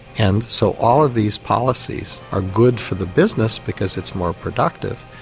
and so all of these policies are good for the business because it's more productive,